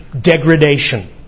degradation